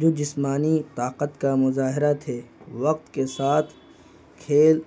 جو جسمانی طاقت کا مظاہرہ تھے وقت کے ساتھ کھیل